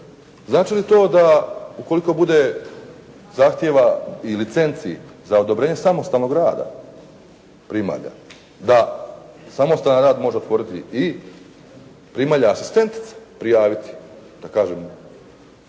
Znači li to da ukoliko bude zahtjeva i licenci za odobrenje samostalnog rada primalja da samostalan rad može otvoriti i primalja asistentica prijaviti da kažem